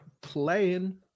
Playing